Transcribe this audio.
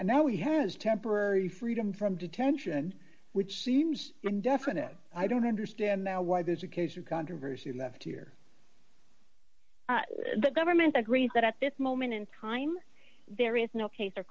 and now he has temporary freedom from detention which seems indefinite i don't understand now why there's a case of controversy left here the government agrees that at this moment in time there is no case o